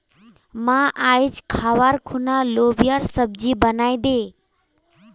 मां, आइज खबार खूना लोबियार सब्जी बनइ दे